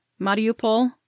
Mariupol